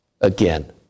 again